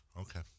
Okay